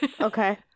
okay